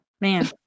man